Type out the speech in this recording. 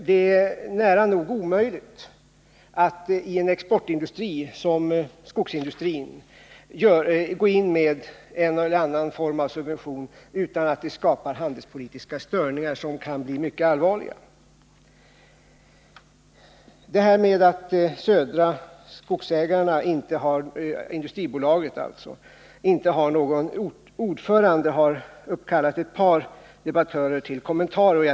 Det är nära nog omöjligt att i en exportindustri såsom 147 skogsindustrin gå in med en eller annan form av subvention utan att det skapar handelspolitiska störningar, som kan bli mycket allvarliga. Detta med att Södra Skogsägarna AB inte har någon ordförande har uppkallat ett par debattörer till kommentarer.